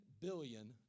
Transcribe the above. billion